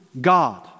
God